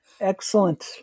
Excellent